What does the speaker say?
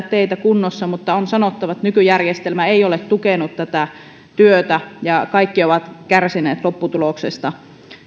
teitä kunnossa mutta on sanottava että nykyjärjestelmä ei ole tukenut tätä työtä ja kaikki ovat kärsineet lopputuloksesta